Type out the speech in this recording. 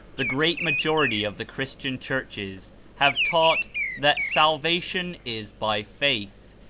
the great majority of the christian churches have taught that salvation is by faith,